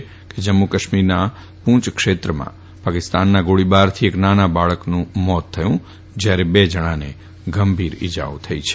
ગણાવી છે જમ્મુકાશ્મીરના પૂંચ ક્ષેત્રમાં પાકિસ્તાનના ગોળીબારથી એક નાના બાળકનું મોત થયું જ્યારે બે જણાને ગંભીર ઈજાઓ થઈ છે